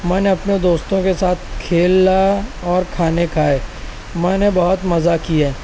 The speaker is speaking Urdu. میں نے اپنے دوستوں کے ساتھ کھیلا اور کھانے کھائے میں نے بہت مزہ کیا